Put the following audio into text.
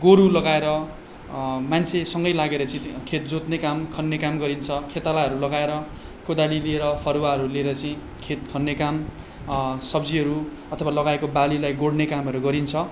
गोरु लगाएर मान्छेसँगै लागेर चाहिँ खेत जोत्ने काम खन्ने काम गरिन्छ खेतालाहरू लगाएर कोदाली लिएर फरुवाहरू ल्याएर चाहिँ खेत खन्ने काम सब्जीहरू अथवा लगाएको बालीलाई गोड्ने कामहरू गरिन्छ